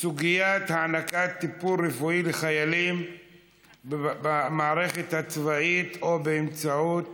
סוגיית הענקת טיפול רפואי לחיילים במערכת הצבאית או באמצעות